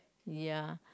ya